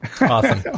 awesome